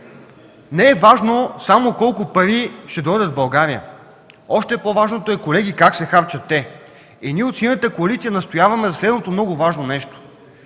Не е важно само колко пари ще дойдат в България, още по-важното е, колеги, как се харчат те. Ние от Синята коалиция настояваме за следното много важно нещо